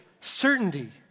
certainty